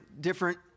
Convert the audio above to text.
different